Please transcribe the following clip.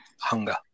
hunger